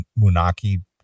Munaki